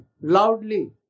loudly